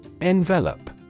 Envelope